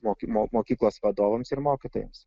mokymo mokyklos vadovams ir mokytojams